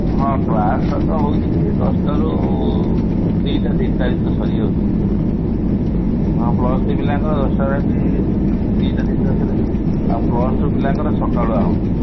ହଁ କ୍ଲାସ୍ଟା ତ ହେଉଛି ଦଶଟାରୁ ଦୁଇଟା ତିନିଟା ଭିତରେ ସରିଯାଉଛି ହଁ ପ୍ଲସ୍ ଥ୍ରୀ ପିଲାଙ୍କର ଦଶଟାରୁ ଏମିତି ଦୁଇଟା ତିନିଟା ଭିତରେ ଆଉ ପ୍ଲସ୍ ଟୁ ପିଲାଙ୍କର ସକାଳୁଆ ହେଉଛି